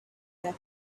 that